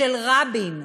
של רבין,